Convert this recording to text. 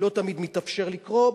לא תמיד מתאפשר לקרוא,